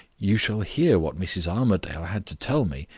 you shall hear what mrs. armadale had to tell me,